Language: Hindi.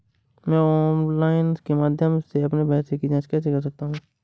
मैं ऑनलाइन के माध्यम से अपने पैसे की जाँच कैसे कर सकता हूँ?